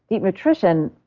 eat nutrition,